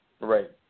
Right